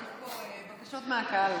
יש פה בקשות מהקהל.